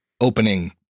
opening